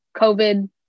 COVID